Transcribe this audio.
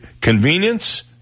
Convenience